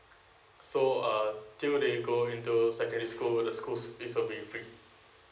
so uh till they go into secondary school the schools is uh be pre~